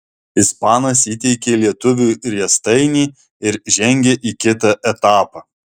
ispanas įteikė lietuviui riestainį ir žengė į kitą etapą